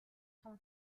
son